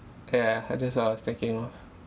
okay I heard this while I was taking